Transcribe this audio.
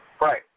Right